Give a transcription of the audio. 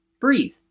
Breathe